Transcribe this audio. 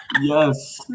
Yes